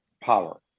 power